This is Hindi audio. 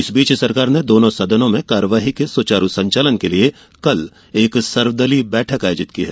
इस बीच सरकार ने दोनों सदनों में कार्यवाही के सुचारू संचालन के लिए कल एक सर्वदलीय बैठक आयोजित की है